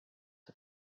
the